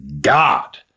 God